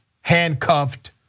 handcuffed